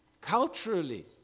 Culturally